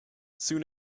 soon